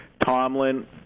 Tomlin